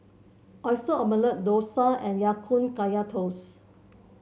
Oyster Omelette dosa and Ya Kun Kaya Toast